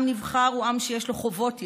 עם נבחר הוא עם שיש לו חובות יתר,